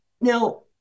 Now